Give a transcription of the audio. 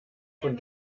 von